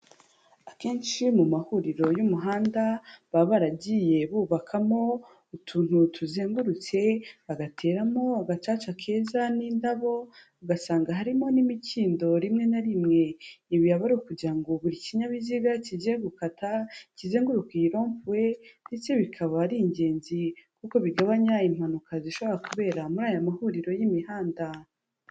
Akenshi mu mahuriro y'umuhanda, baba baragiye bubakamo utuntu tuzengurutse, bagateramo agacaca keza n'indabo, ugasanga harimo n'imikindo rimwe na rimwe, ibi aba ari ukugira ngo buri kinyabiziga kigiye gukata, kizenguruka iyi rompuwe ndetse bikaba ari ingenzi, kuko bigabanya impanuka zishobora kubera muri aya mahuriro y'imihanda.